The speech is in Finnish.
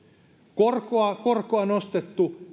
korkoa on nostettu